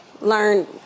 learn